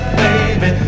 baby